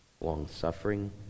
long-suffering